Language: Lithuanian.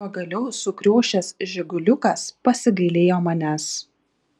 pagaliau sukriošęs žiguliukas pasigailėjo manęs